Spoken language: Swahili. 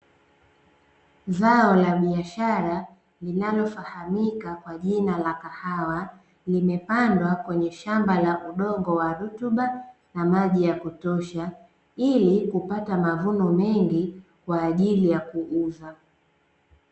Zao la biashara linalofahamika kwa jina la kahawa, limepandwa kwenye shamba la udongo wa rutuba na maji ya kutosha, ili kupata mavuno mengi kwaajili ya kuuza.